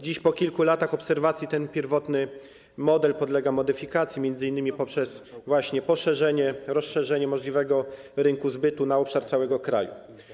Dziś po kilku latach obserwacji ten pierwotny model podlega modyfikacji, m.in. właśnie poprzez poszerzenie, rozszerzenie możliwego rynku zbytu na obszar całego kraju.